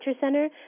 Center